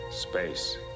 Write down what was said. space